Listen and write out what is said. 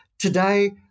today